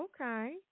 Okay